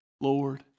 Lord